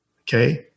Okay